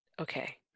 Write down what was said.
Okay